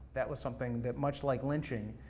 that was something, that much like lynching,